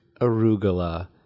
arugula